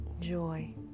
joy